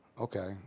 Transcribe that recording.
okay